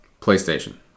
PlayStation